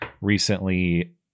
recently